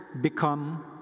become